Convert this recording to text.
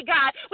God